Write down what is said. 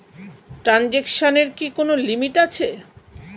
ট্রানজেকশনের কি কোন লিমিট আছে?